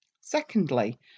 Secondly